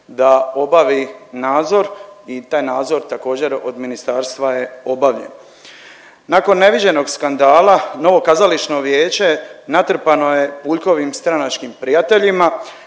da obavi nadzor i taj nadzor također od ministarstva je obavljen. Nakon neviđenog skandala novo kazališno vijeće natrpano je Puljkovim stranačkim prijateljima